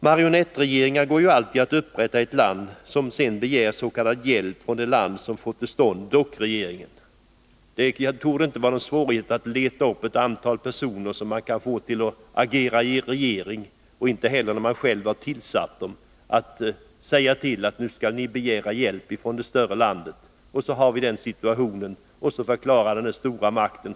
Det går ju alltid att upprätta marionettregeringar, som sedan begär s.k. hjälp från det land som fått till stånd dockregeringen. Det torde inte vara svårt att leta upp ett antal personer som är villiga att agera regering. Då det större landet egentligen har tillsatt dessa regeringsmedlemmar, torde det inte heller föreligga några svårigheter att få regeringen att begära hjälp från det större landet.